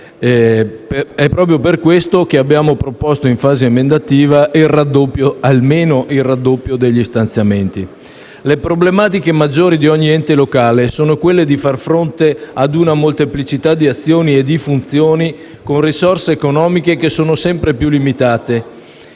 Proprio per questo motivo abbiamo proposto in fase emendativa almeno il raddoppio degli stanziamenti. Le problematiche maggiori di ogni ente locale sono di far fronte ad una molteplicità di azioni e di funzioni, con risorse economiche sempre più limitate.